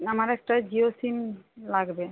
না আমার একটা জিও সিম লাগবে